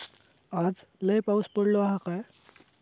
आज लय पाऊस पडतलो हा काय?